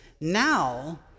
Now